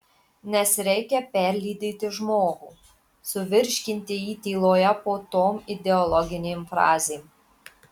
nes reikia perlydyti žmogų suvirškinti jį tyloje po tom ideologinėm frazėm